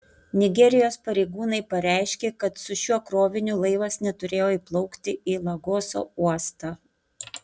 nigerijos pareigūnai pareiškė kad su šiuo kroviniu laivas neturėjo įplaukti į lagoso uostą